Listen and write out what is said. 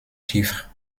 chiffres